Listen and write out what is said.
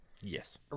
yes